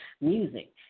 music